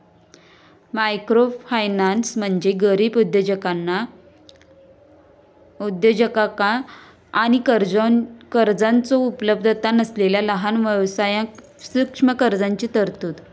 microfinance म्हणजे गरीब उद्योजकांका आणि कर्जाचो उपलब्धता नसलेला लहान व्यवसायांक सूक्ष्म कर्जाची तरतूद